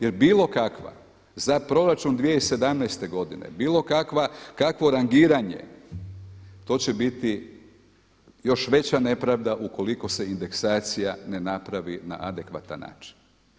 Jer bilo kakva za proračun 2017. godine, bilo kakvo rangiranje to će biti još veća nepravda ukoliko se indeksacija ne napravi na adekvatan način.